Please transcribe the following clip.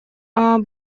была